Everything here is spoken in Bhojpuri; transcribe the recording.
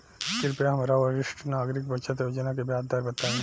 कृपया हमरा वरिष्ठ नागरिक बचत योजना के ब्याज दर बताई